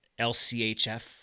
LCHF